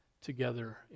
together